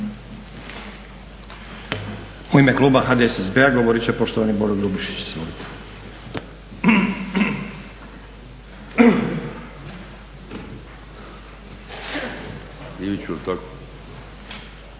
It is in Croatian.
U ime kluba HDSSB-a govorit će poštovani Boro Grubišić. Izvolite.